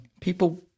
people